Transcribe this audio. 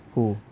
who